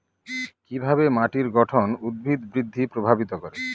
কিভাবে মাটির গঠন উদ্ভিদ বৃদ্ধি প্রভাবিত করে?